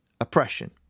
oppression